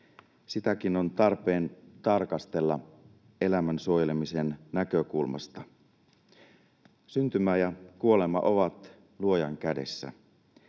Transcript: Sitäkin on tarpeen tarkastella elämän suojelemisen näkökulmasta. Syntymä ja kuolema ovat Luojan kädessä,